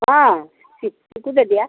ହଁ ତାକୁ ଦେବି ପା